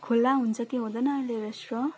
खुला हुन्छ कि हुँदैन अहिले रेस्टुरेन्ट